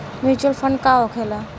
Mutual fund का होखेला?